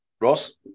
Ross